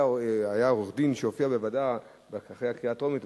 עורך-דין שהופיע בוועדה אחרי הקריאה הטרומית,